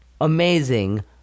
amazing